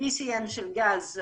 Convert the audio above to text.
PCM של גז.